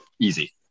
easy